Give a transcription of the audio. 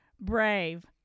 brave